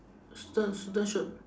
student student shoot